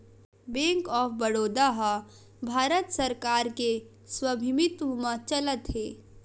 bank of Baroda ह भारत सरकार के स्वामित्व म चलत हे